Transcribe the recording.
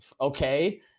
Okay